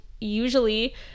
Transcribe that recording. usually